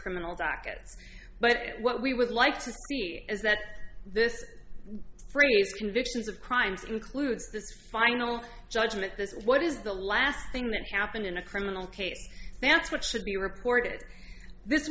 criminal docket but what we would like to see is that this phrase convictions of crimes includes this final judgment this is what is the last thing that happened in a criminal case pants what should be reported this